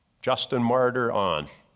justin martyr, on.